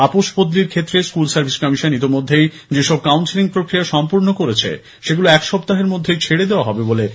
আপোষ বদলির ক্ষেত্রে স্কুল সার্ভিস কমিশন ইতিমধ্যেই যেসব কাউন্সিলিং প্রক্রিয়া সম্পূর্ণ করেছে সেগুলো এক সপ্তাহের মধ্যেই ছেড়ে দেওয়া হবে বলে পার্থ বাবু জানান